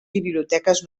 biblioteques